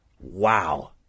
Wow